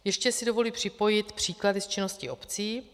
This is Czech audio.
Ještě si dovoluji připojit příklady z činnosti obcí.